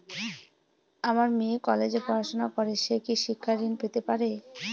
আমার মেয়ে কলেজে পড়াশোনা করে সে কি শিক্ষা ঋণ পেতে পারে?